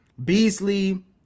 beasley